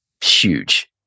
huge